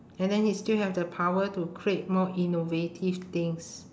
and then he still have the power to create more innovative things